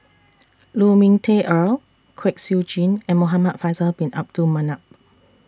Lu Ming Teh Earl Kwek Siew Jin and Muhamad Faisal Bin Abdul Manap